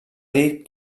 dir